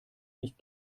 nicht